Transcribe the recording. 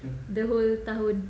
the whole tahun